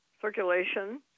circulation